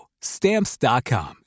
Stamps.com